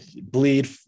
bleed